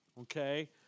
okay